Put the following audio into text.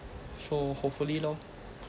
so hopefully lor